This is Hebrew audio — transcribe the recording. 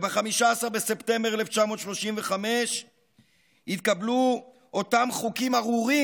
ב-15 בספטמבר 1935 התקבלו אותם חוקים ארורים,